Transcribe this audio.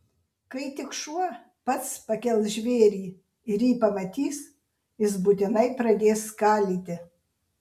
kai tik šuo pats pakels žvėrį ir jį pamatys jis būtinai pradės skalyti